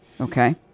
Okay